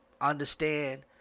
understand